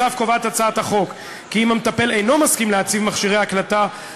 הצעת החוק מבקשת להתיר התקנת אמצעי צילום בחלל שבו שוהים המטפל והמטופל.